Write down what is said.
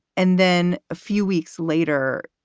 and then a few weeks later,